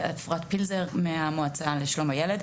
אפרת פילזר מהמועצה לשלום הילד.